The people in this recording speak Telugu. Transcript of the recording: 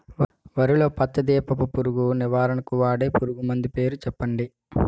వరిలో పచ్చ దీపపు పురుగు నివారణకు వాడే పురుగుమందు పేరు చెప్పండి?